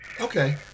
Okay